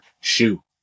shoe